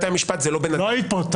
לא היית פה.